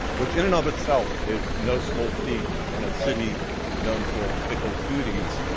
which in and of itself is no small feat in a city known for fickle foodies,